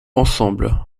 ensemble